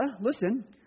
listen